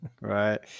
Right